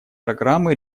программы